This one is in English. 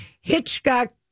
Hitchcock